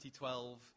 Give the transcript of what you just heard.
2012